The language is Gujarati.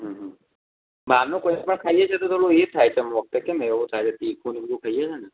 હમ્મ બહારનું કોઈપણ ખાઈએ છે તો થોડું એ થાય છે ડોક્ટર કેમ એવું થાય છે તીખું ને બધું ખાઈએ છીએ ને